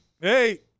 Hey